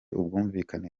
ubwumvikane